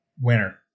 Winner